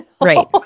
Right